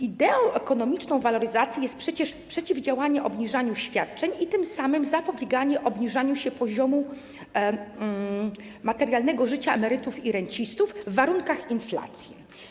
Ideą ekonomiczną waloryzacji jest przecież przeciwdziałanie obniżaniu świadczeń i tym samym zapobieganie obniżaniu się poziomu materialnego życia emerytów i rencistów w warunkach inflacji.